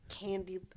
Candy